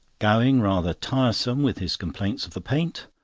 gowing rather tiresome with his complaints of the paint.